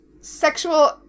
sexual